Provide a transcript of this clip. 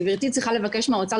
גברתי צריכה לבקש מהאוצר,